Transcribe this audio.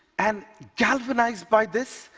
and, galvanized by this,